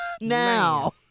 now